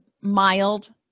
mild